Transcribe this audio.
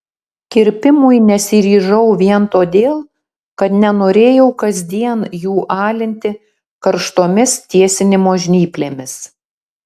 kirpimui nesiryžau vien todėl kad nenorėjau kasdien jų alinti karštomis tiesinimo žnyplėmis